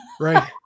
right